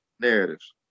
narratives